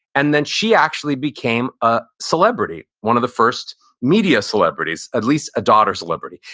and then she actually became a celebrity, one of the first media celebrities, at least a daughter celebrity.